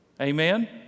Amen